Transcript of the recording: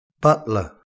butler